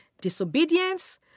Disobedience